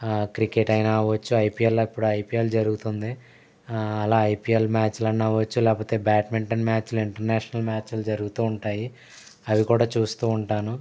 cricket అయినా అవచ్చు IPL అప్పుడు ఐపీఎల్ జరుగుతుంది అలా ఐపిఎల్ మ్యాచులైనా అవ్వొచ్చు లేకపోతే బ్యాడ్మింటన్ మ్యాచులు ఇంటర్నేషనల్ మ్యాచులు జరుగుతూ ఉంటాయి అవి కూడా చూస్తూ ఉంటాను